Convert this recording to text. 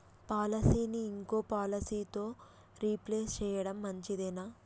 పాలసీని ఇంకో పాలసీతో రీప్లేస్ చేయడం మంచిదేనా?